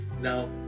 Now